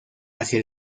hacia